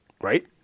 Right